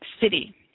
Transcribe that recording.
city